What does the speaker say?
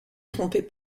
trompait